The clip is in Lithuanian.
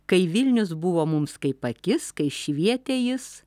kai vilnius buvo mums kaip akis kai švietė jis